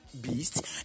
beast